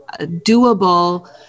doable